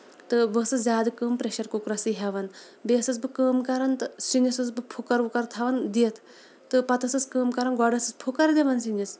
تہٕ بہٕ ٲسٕس زیادٕ کٲم پریشر کُکرَسٕے ہیوان بیٚیہِ ٲسٕس بہٕ کٲم کران تہٕ سِنِس ٲسٕس بہٕ پھُکر وُکر تھاوان دِتھ تہٕ پَتہٕ ٲسٕس کٲم کران گۄڈٕ ٲسٕس پھُکر دِوان سِنِس